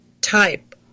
type